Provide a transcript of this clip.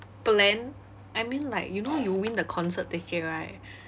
plan I mean like you know you win the concert ticket right